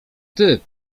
typ